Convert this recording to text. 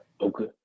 okay